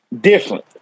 different